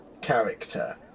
character